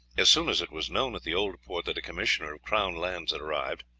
as soon as it was known at the old port that a commissioner of crown lands had arrived,